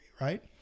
Right